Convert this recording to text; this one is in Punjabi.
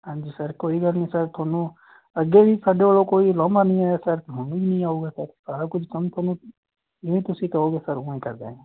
ਹਾਂਜੀ ਸਰ ਕੋਈ ਗੱਲ ਨਹੀਂ ਸਰ ਤੁਹਾਨੂੰ ਅੱਗੇ ਵੀ ਸਾਡੇ ਵੱਲੋਂ ਕੋਈ ਉਲਾਮਾ ਨਹੀਂ ਆਇਆ ਸਰ ਹੁਣ ਵੀ ਨਹੀਂ ਆਵੇਗਾ ਸਰ ਸਾਰਾ ਕੁਝ ਕੰਮ ਤੁਹਾਨੂੰ ਜਿਵੇਂ ਤੁਸੀਂ ਕਹੋਗੇ ਸਰ ਉਵੇਂ ਕਰਦਾਂਗੇ